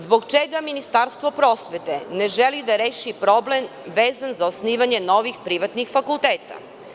Zbog čega Ministarstvo prosvete ne želi da reši problem vezan za osnivanje novih privatnih fakulteta?